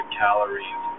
calories